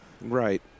right